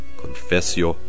confessio